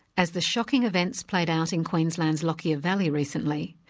as the shocking events played out in queensland's lockyer valley recently,